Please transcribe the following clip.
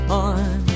on